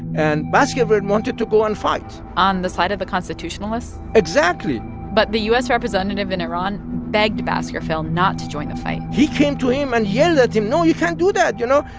and baskerville wanted to go and fight on the side of the constitutionalists? exactly but the u s. representative in iran begged baskerville not to join the fight he came to him and yelled at him, no, you can't do that, you know.